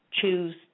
choose